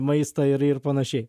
maistą ir ir panašiai